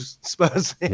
Spurs